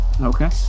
Okay